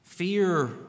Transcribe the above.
Fear